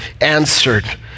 answered